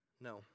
No